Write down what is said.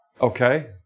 okay